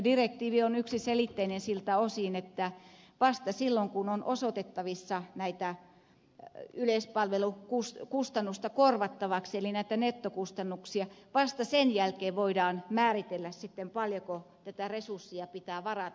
direktiivi on yksiselitteinen siltä osin että vasta sen jälkeen kun on osoitettavissa näitä yleispalvelukustannuksia eli näitä nettokustannuksia korvattavaksi voidaan määritellä sitten paljonko tätä resurssia pitää varata